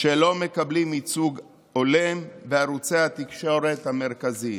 שלא מקבלים ייצוג הולם בערוצי התקשורת המרכזיים.